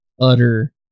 utter